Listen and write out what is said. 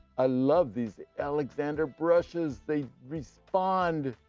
i love these alexander brushes, they respond.